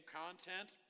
content